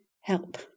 help